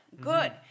good